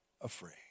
afraid